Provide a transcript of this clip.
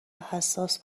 حساس